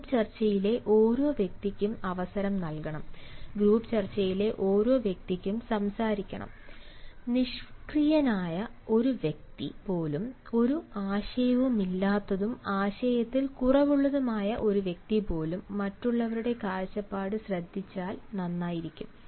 group ചർച്ചയിലെ ഓരോ വ്യക്തിക്കും അവസരം നൽകണം ഗ്രൂപ്പ് ചർച്ചയിലെ ഓരോ വ്യക്തിക്കും സംസാരിക്കണം നിഷ്ക്രിയനായ ഒരു വ്യക്തി പോലും ഒരു ആശയവുമില്ലാത്തതും ആശയത്തിൽ കുറവുള്ളതുമായ ഒരു വ്യക്തി പോലും മറ്റുള്ളവരുടെ കാഴ്ചപ്പാട് ശ്രദ്ധിച്ചാൽ നന്നായിരിക്കും